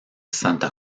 santa